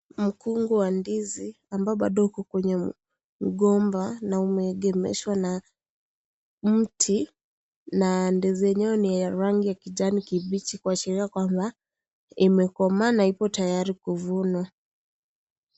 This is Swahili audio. Mkungu wa ndizi ambao bado upo kwenye mgomba na umeegemeshwa na mti na ndizi yenyewe ni ya rangi ya kijani kibichi kuashiria kwamba imekomaa na ipo tayari kuvunwa.